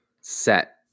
set